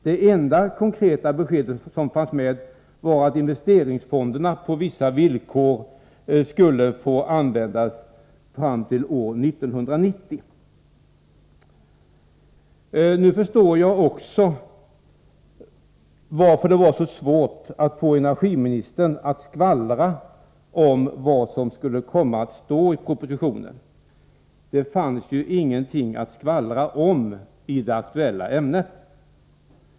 Ett enda konkret besked fanns med, och det var att investeringsfonderna på vissa villkor skulle få användas t.o.m. år 1990. Nu förstår jag också varför det var så svårt att få energiministern att skvallra om vad som skulle komma att stå i propositionen. Det fanns ju inget att skvallra om i det aktuella ämnet.